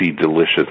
delicious